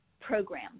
program